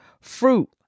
fruit